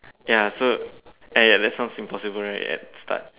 ya so ya ya that sounds impossible right at the start